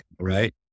right